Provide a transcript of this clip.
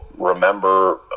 remember